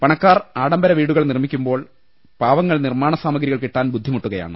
പണക്കാർ ആഡംബര വീടുകൾ നിർമ്മിക്കുമ്പോൾ പാവങ്ങൾ നിർമാണ സാമഗ്രികൾ കിട്ടാൻ ബുദ്ധിമുട്ടുകയാണ്